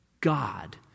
God